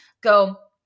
go